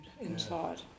inside